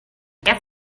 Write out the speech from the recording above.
get